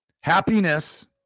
happiness